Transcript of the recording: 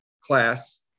class